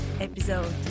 episode